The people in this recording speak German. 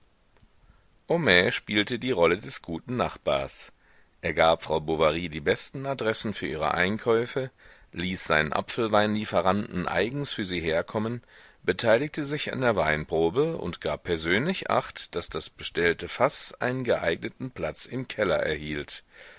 homais spielte die rolle des guten nachbars er gab frau bovary die besten adressen für ihre einkäufe ließ seinen apfelweinlieferanten eigens für sie herkommen beteiligte sich an der weinprobe und gab persönlich acht daß das bestellte faß einen geeigneten platz im keller erhielt